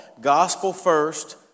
gospel-first